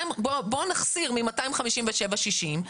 בוא נחסיר מ-267 את ה-60,